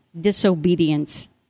disobedience